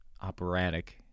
operatic